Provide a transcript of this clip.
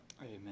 Amen